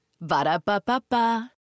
Ba-da-ba-ba-ba